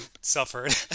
suffered